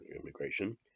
immigration